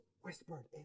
whispered